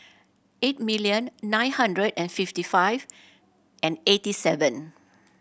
eight million nine hundred and fifty five and eighty seven